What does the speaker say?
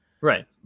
Right